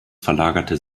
verlagerte